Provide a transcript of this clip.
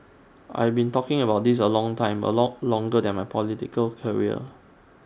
I've been talking about this A long time A lot longer than my political career